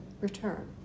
Return